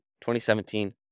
2017